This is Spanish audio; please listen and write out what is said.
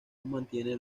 mantiene